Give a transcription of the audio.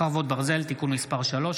חרבות ברזל) (תיקון מס' 3),